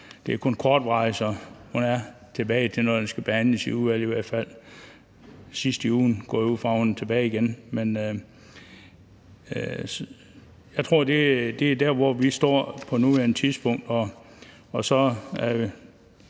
Det er kun kortvarigt, så hun er tilbage, når det skal behandles i udvalget i hvert fald – sidst på ugen går jeg ud fra at hun er tilbage igen. Men jeg tror, det er der, vi står på nuværende tidspunkt.